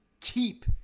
keep